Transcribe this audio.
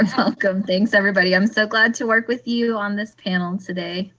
welcome, thanks, everybody, i'm so glad to work with you on this panel today?